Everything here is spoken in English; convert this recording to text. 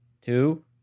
two